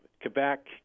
Quebec